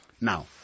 Now